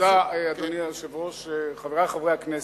אדוני היושב-ראש, תודה, חברי חברי הכנסת,